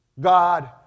God